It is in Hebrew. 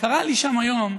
וקרה לי שם היום,